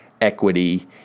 equity